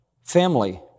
family